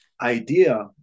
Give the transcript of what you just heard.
idea